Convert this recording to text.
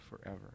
forever